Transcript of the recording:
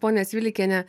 ponia cvilikiene